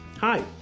Hi